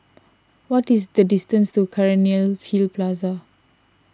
what is the distance to Cairnhill Plaza